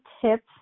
tips